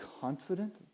confident